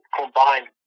combined